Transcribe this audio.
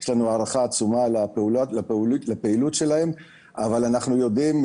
יש לנו הערכה עצומה לפעילות שלהם אבל אנחנו יודעים,